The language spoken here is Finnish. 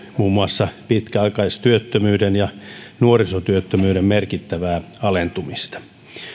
muun muassa pitkäaikaistyöttömyyden ja nuorisotyöttömyyden merkittävää alentumista